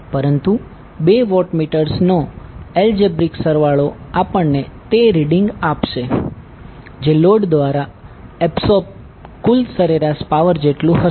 પરંતુ બે વોટમેટર્સનો એલ્જીબ્રિક સરવાળો આપણને તે રીડીંગ આપશે જે લોડ દ્વારા એબ્સોર્બ કુલ સરેરાશ પાવર જેટલુ હશે